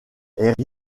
est